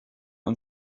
und